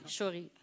sorry